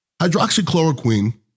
Hydroxychloroquine